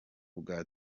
bwa